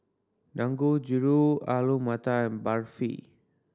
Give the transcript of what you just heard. Dangojiru Alu Matar and Barfi